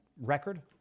record